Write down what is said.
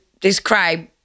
describe